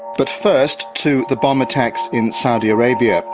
but first to the bomb attacks in saudi arabia.